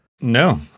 No